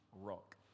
rock